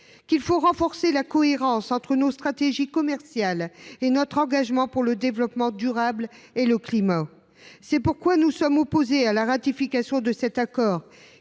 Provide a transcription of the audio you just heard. qu’il faut renforcer la cohérence entre notre stratégie commerciale et notre engagement en faveur du développement durable et du climat. C’est pourquoi nous sommes opposés à la ratification de cet accord,